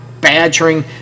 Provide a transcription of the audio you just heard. badgering